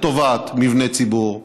לטובת מבני ציבור,